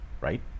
Right